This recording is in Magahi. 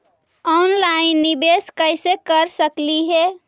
ऑनलाइन निबेस कैसे कर सकली हे?